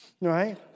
right